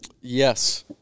Yes